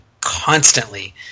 constantly